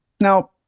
Now